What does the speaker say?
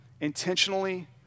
intentionally